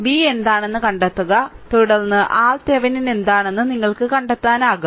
V എന്താണെന്ന് കണ്ടെത്തുക തുടർന്ന് RThevenin എന്താണെന്ന് നിങ്ങൾക്ക് കണ്ടെത്താനാകും